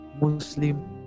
muslim